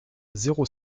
zéro